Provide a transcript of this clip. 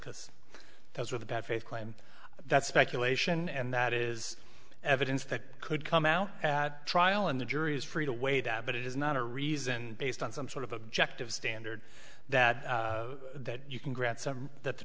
because those are the bad faith claim that speculation and that is evidence that could come out at trial in the jury is free to weigh that but it is not a reason based on some sort of objective standard that that you can grant some that the